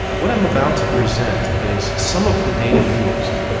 what i'm about to present is some of the data used,